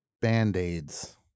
band-aids